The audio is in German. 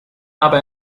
aber